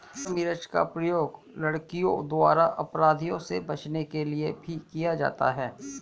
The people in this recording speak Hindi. लाल मिर्च का प्रयोग लड़कियों द्वारा अपराधियों से बचने के लिए भी किया जाता है